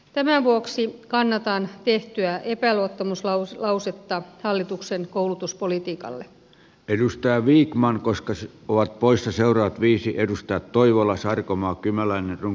tämän vuoksi kannatan tehtyä epäluottamuslausetta hallituksen koulutuspolitiikalle edustaja vikman koska sen ovat poissa seura viisi edustaa toivola sarkomaa kymäläinen on